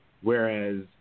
whereas